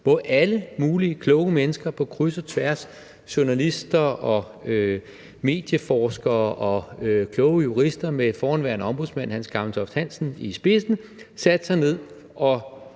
hvor alle mulige kloge mennesker på kryds og tværs, journalister, medieforskere og kloge jurister med forhenværende ombudsmand Hans Gammeltoft-Hansen i spidsen, satte sig ned og